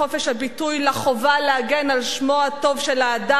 הביטוי לחובה להגן על שמו הטוב של האדם,